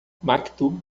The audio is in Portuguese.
maktub